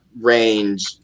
range